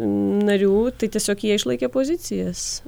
narių tai tiesiog jie išlaikė pozicijas